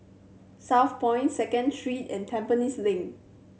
Southpoint Second Street and Tampines Link